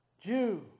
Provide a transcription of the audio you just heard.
Jew